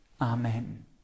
Amen